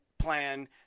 plan